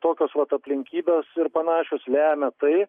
tokios vat aplinkybės ir panašios lemia tai